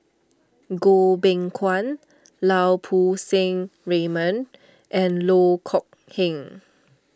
Goh Beng Kwan Lau Poo Seng Raymond and Loh Kok Heng